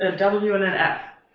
ah w and an f.